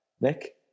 Nick